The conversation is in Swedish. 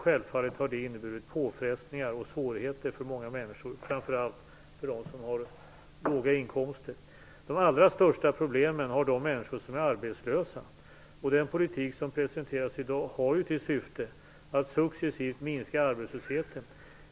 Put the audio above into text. Självfallet har det inneburit påfrestningar och svårigheter för många människor, framför allt för dem som har låga inkomster. De allra största problemen har de människor som är arbetslösa. Den politik som presenteras i dag har till syfte att successivt minska arbetslösheten.